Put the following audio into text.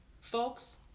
folks